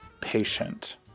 Patient